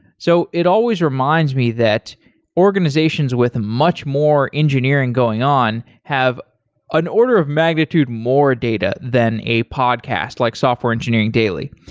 so it always reminds me that organizations with much more engineering going on have an order of magnitude more data than a podcast like software engineering daily,